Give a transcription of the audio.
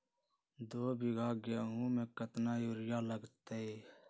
दो बीघा गेंहू में केतना यूरिया लगतै?